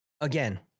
again